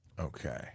Okay